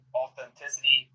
authenticity